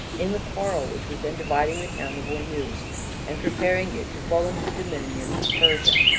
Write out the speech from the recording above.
in the quarrel which was then dividing the town of ormuz and preparing it to fall under the dominion of persia.